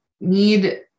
need